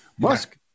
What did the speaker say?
Musk